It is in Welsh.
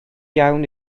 iawn